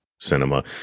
cinema